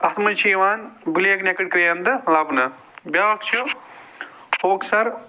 اَتھ منٛز چھِ یِوان بٕلیک نیٚکٕڈ کرٛین تہِ لَبنہٕ بیٛاکھ چھُ ہوکر سَر